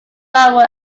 monroe